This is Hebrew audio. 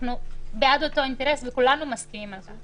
אנחנו בעד אותו אינטרס וכולנו מסכימים על כך.